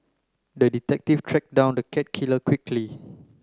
the detective tracked down the cat killer quickly